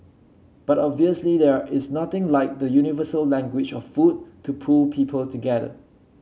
but obviously there is nothing like the universal language of food to pull people together